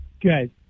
Good